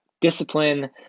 discipline